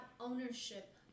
ownership